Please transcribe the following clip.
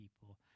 people